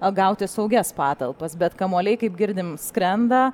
gauti saugias patalpas bet kamuoliai kaip girdim skrenda